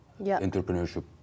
Entrepreneurship